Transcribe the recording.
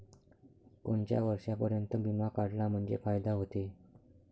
कोनच्या वर्षापर्यंत बिमा काढला म्हंजे फायदा व्हते?